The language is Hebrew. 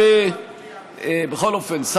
לייצר מקומות עבודה,